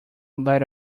lit